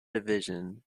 division